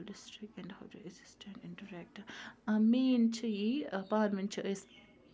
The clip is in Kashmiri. Ganderbal district and how to assist and interact مین چھِ یی پانہٕ ؤنۍ چھِ أسۍ